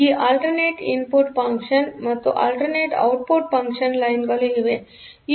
ಈ 'alternate input function ' ಮತ್ತು 'alternate output function ' line ಗಳು ಇವೆ